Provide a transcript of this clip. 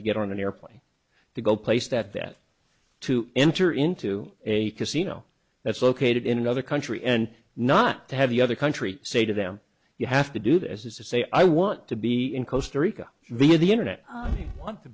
to get on an airplane to go place that that to enter into a casino that's located in another country and not to have the other country say to them you have to do this is to say i want to be in khost rica via the internet i want to